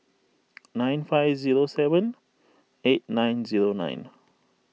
nine five zero seven eight nine zero nine